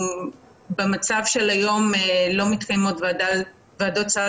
במצב של היום לא מתקיימות ועדות סל